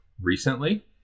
recently